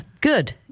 Good